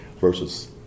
versus